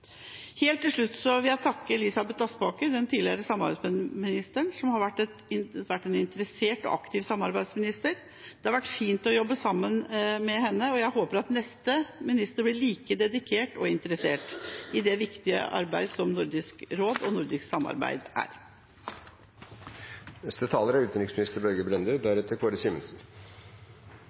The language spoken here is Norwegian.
Helt til slutt vil jeg takke Elisabeth Vik Aspaker, den tidligere samarbeidsministeren, som har vært en interessert og aktiv samarbeidsminister. Det har vært fint å jobbe sammen med henne, og jeg håper at neste minister blir like dedikert og interessert i det viktige arbeidet som nordisk samarbeid i Nordisk